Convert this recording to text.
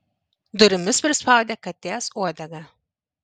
durimis prispaudė katės uodegą